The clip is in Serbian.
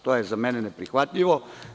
To je za mene neprihvatljivo.